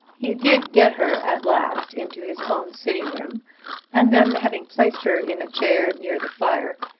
he did get her at last into his own sitting-room and then, having placed her in a chair near the fire,